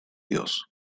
dios